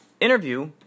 interview